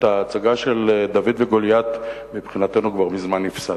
את ההצגה של דוד וגוליית מבחינתנו כבר מזמן הפסדנו,